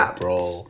bro